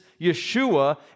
Yeshua